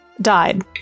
died